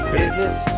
Business